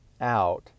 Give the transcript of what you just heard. out